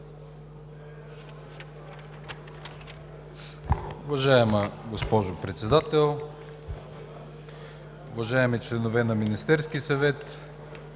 Уважаема госпожо Председател, уважаеми членове на Министерския съвет,